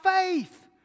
faith